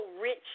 rich